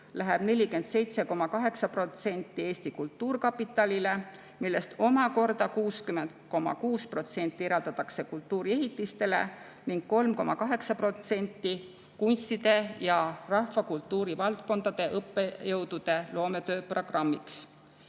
läheb 47,8% Eesti Kultuurkapitalile, millest omakorda 60,6% eraldatakse kultuuriehitistele ning 3,8% kunstide ja rahvakultuuri valdkondade õppejõudude loometöö programmiks.